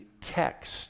text